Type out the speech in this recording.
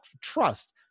trust